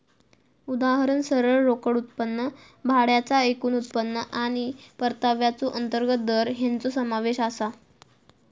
उदाहरणात सरळ रोकड उत्पन्न, भाड्याचा एकूण उत्पन्न आणि परताव्याचो अंतर्गत दर हेंचो समावेश आसा